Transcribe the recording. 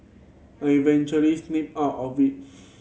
I eventually snapped out of it